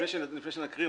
לפני שנקריא,